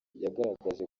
yagaragaje